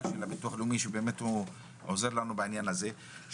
הביטוח הלאומי שעוזר לנו בעניין הזה,